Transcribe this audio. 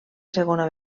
segona